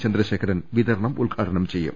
ചന്ദ്രശേഖ രൻ വിതരണം ഉദ്ഘാടനം ചെയ്യും